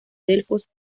delfos